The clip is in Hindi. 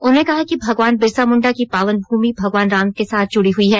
उन्होंने कहा कि भगवान बिरसा मुंडा की पावन भूमि भगवान राम के साथ जुड़ी हुई है